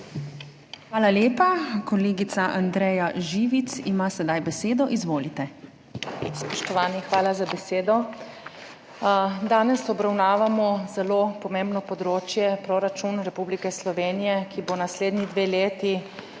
Hvala lepa. Kolegica Andreja Živic ima sedaj besedo. Izvolite. **ANDREJA ŽIVIC (PS Svoboda):** Spoštovani, hvala za besedo. Danes obravnavamo zelo pomembno področje, proračun Republike Slovenije, ki bo naslednji dve leti